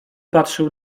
patrzył